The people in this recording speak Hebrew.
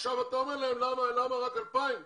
עכשיו אתה אומר להם למה רק 2,000?